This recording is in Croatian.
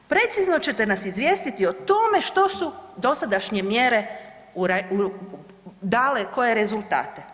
Precizno ćete nas izvijestiti o tome što su dosadašnje mjere dale koje rezultate.